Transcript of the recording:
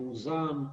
מאוזן,